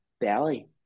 belly